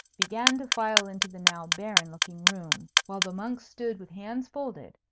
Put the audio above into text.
began to file into the now barren-looking room, while the monks stood with hands folded,